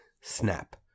Snap